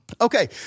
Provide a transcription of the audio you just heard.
okay